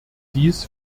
dies